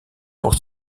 pour